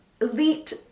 elite